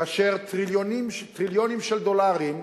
כאשר טריליונים של דולרים,